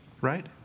right